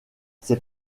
ses